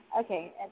Okay